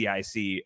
CIC